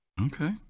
Okay